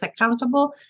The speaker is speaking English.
accountable